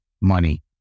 money